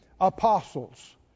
apostles